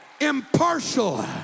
Impartial